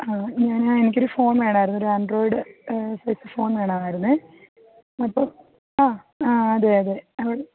ആ ഞാൻ എനിക്കൊരു ഫോണ് വേണമായിരുന്നു ഒരാണ്ട്രോയിഡ് സെറ്റ് ഫോണ് വേണമായിരുന്നു അപ്പോൾ ആ ആ അതെയതെ അവിടെ